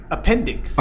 Appendix